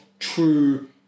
true